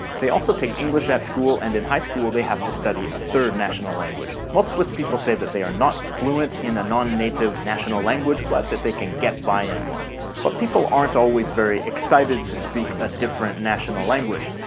they also take english at school and, in high school, they have to study a third national language. most people say that they are not fluent in a non-native national language but that they can get by in one but people aren't always very excited to speak a different national language.